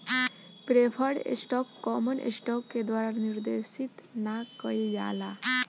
preferred stock common stock के द्वारा निर्देशित ना कइल जाला